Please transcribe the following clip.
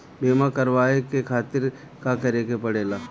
बीमा करेवाए के खातिर का करे के पड़ेला?